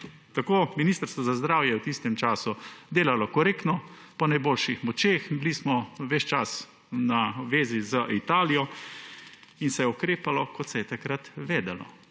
Ministrstvo za zdravje je v tistem času delalo korektno, po najboljših močeh, bili smo ves čas na zvezi z Italijo in se je ukrepalo, kot se je takrat vedelo.